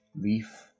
leaf